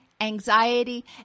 anxiety